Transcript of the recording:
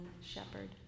shepherd